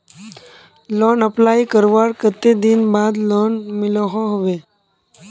Loan apply करवार कते दिन बाद लोन मिलोहो होबे?